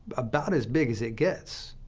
about as big as it gets